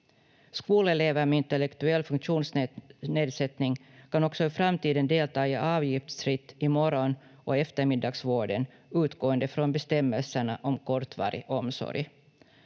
Skolelever med intellektuell funktionsnedsättning kan också i framtiden delta avgiftsfritt i morgon- och eftermiddagsvården utgående från bestämmelserna om kortvarig omsorg.